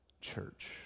church